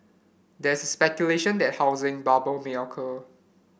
there is speculation that a housing bubble may occur